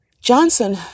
Johnson